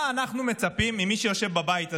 מה אנחנו מצפים ממי שיושב בבית הזה?